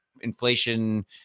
inflation